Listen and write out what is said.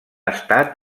estat